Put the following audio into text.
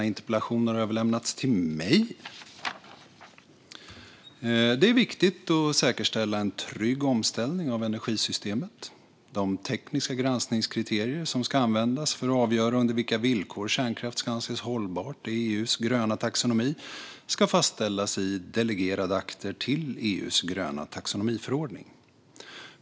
Interpellationen har överlämnats till mig. Det är viktigt att säkerställa en trygg omställning av energisystemet. De tekniska granskningskriterier som ska användas för att avgöra under vilka villkor kärnkraft ska anses hållbart i EU:s gröna taxonomi ska fastställas i delegerade akter till EU:s gröna taxonomiförordning.